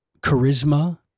charisma